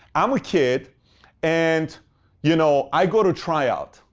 i'm a kid and you know, i go to tryout.